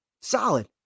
solid